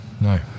no